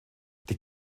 die